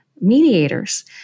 Mediators